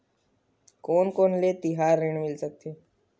कोन कोन ले तिहार ऋण मिल सकथे?